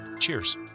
Cheers